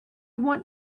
want